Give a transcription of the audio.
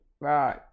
Right